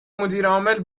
مدیرعامل